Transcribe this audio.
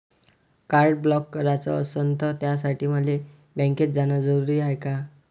Card block कराच असनं त त्यासाठी मले बँकेत जानं जरुरी हाय का?